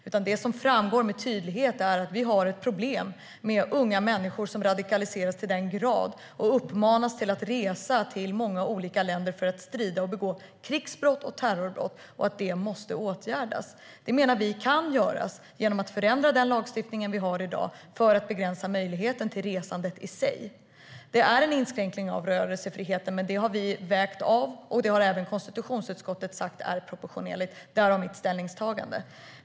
Nej, det som framgår med tydlighet är att vi har ett problem med unga människor som radikaliseras och uppmanas att resa till många olika länder för att strida och begå krigsbrott och terrorbrott. Detta måste åtgärdas, och det menar vi kan göras genom att förändra den lagstiftning vi har i dag för att begränsa möjligheten till resandet i sig. Ja, det är en inskränkning av rörelsefriheten. Men detta har vi vägt av, och även konstitutionsutskottet har sagt att det är proportionerligt - därav mitt ställningstagande.